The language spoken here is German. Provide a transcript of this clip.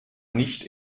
nicht